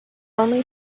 only